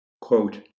quote